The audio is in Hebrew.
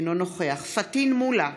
אינו נוכח פטין מולא,